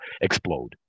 explode